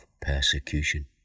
persecution